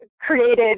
created